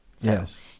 yes